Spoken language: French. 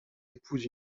épouse